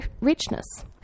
richness